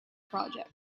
project